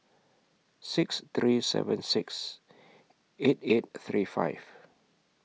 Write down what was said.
six three seven six eight eight three five